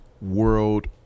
world